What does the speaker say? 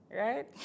Right